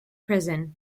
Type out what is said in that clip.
prison